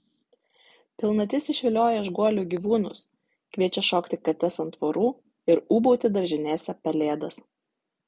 pilnatis išvilioja iš guolių gyvūnus kviečia šokti kates ant tvorų ir ūbauti daržinėse pelėdas